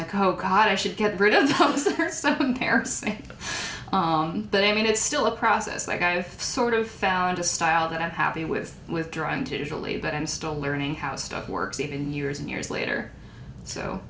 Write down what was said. like oh god i should get rid of parents but i mean it's still a process like i sort of found a style that i'm happy with withdrawing to italy but i'm still learning how stuff works even years and years later so